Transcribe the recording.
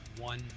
one